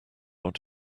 what